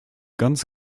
ganz